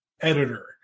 editor